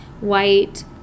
white